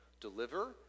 deliver